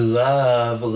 love